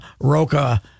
Roca